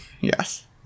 yes